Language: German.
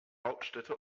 hauptstädte